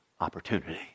opportunity